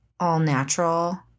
all-natural